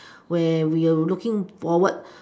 where we will looking forward